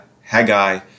Haggai